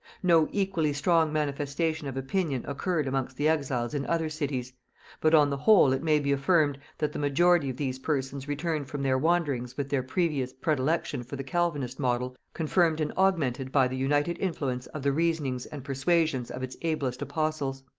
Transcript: no equally strong manifestation of opinion occurred amongst the exiles in other cities but on the whole it may be affirmed, that the majority of these persons returned from their wanderings with their previous predilection for the calvinistic model confirmed and augmented by the united influence of the reasonings and persuasions of its ablest apostles,